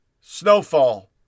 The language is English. Snowfall